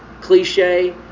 cliche